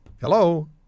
Hello